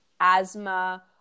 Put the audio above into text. asthma